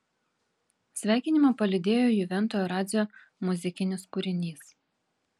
sveikinimą palydėjo juvento radzio muzikinis kūrinys